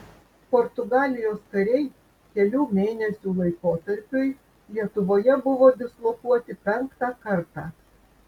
portugalijos kariai kelių mėnesių laikotarpiui lietuvoje buvo dislokuoti penktą kartą